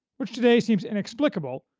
which today seems inexplicable,